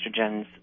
estrogens